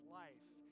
life